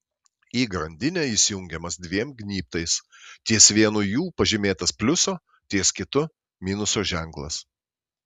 į grandinę jis jungiamas dviem gnybtais ties vienu jų pažymėtas pliuso ties kitu minuso ženklas